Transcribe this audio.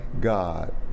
God